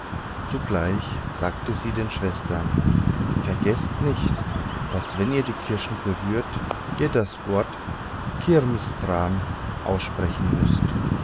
zugleich sagte sie den schwestern vergeßt nicht daß wenn ihr die kirschen berührt ihr das wort kirmistan aussprechen müßt